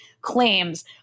claims